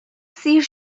سیر